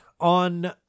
On